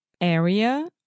area